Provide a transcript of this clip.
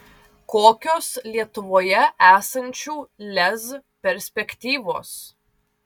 kokios lietuvoje esančių lez perspektyvos